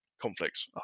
conflicts